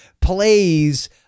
plays